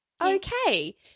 okay